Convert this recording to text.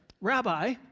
Rabbi